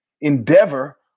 Endeavor